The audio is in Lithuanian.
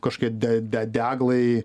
kažkokie de de deglai